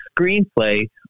screenplay